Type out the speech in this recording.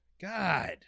God